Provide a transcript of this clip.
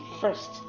first